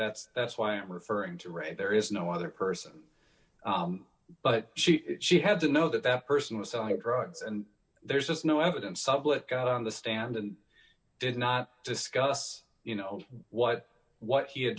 that's that's why i'm referring to right there is no other person but she she had to know that that person was selling drugs and there's just no evidence sublette got on the stand and did not discuss you know what what he had